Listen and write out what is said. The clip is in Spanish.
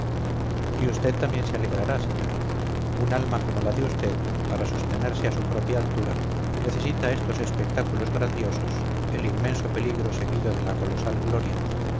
y usted también se alegrará señora un alma como la de usted para sostenerse a su propia altura necesita estos espectáculos grandiosos el inmenso peligro seguido de la colosal gloria